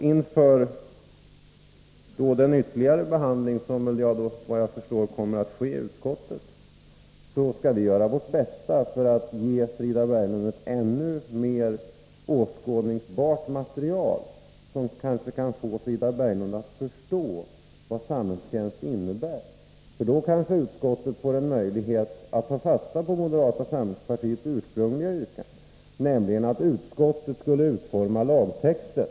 Inför den ytterligare behandling som, såvitt jag förstår, kommer att ske i utskottet skall vi göra vårt bästa för att ge Frida Berglund ett ännu mer åskådningsbart material, som kanske kan få Frida Berglund att förstå vad samhällstjänst innebär. Då får kanske utskottet möjlighet att ta fasta på moderata samlingspartiets ursprungliga yrkande, nämligen att utskottet skall utforma lagtexter.